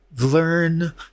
learn